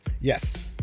Yes